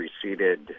preceded